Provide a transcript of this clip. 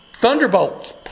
Thunderbolts